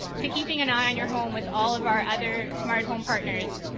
to keeping an eye on your home with all of our other smart home partners,